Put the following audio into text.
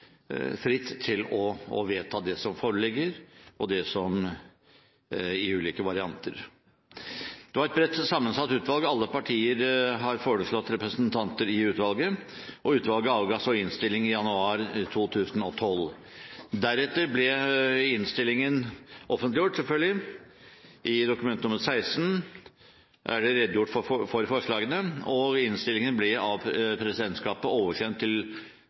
fritt til å vedta det som foreligger av ulike varianter. Det var et bredt sammensatt utvalg. Alle partier har foreslått representanter i utvalget, og utvalget leverte sin rapport i januar 2012. Deretter ble rapporten offentliggjort, selvfølgelig. I Dokument nr. 16 for 2011–2012 er det redegjort for forslagene, og rapporten ble av presidentskapet oversendt til